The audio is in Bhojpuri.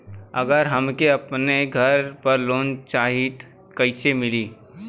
अगर हमके अपने घर पर लोंन चाहीत कईसे मिली?